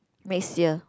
next year